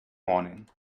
morning